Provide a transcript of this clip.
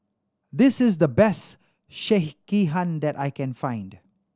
this is the best Sekihan that I can find